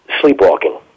sleepwalking